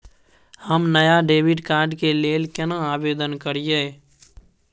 हम नया debit card के लेल केना आवेदन करियै?